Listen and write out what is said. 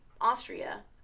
Austria